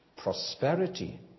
Prosperity